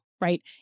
right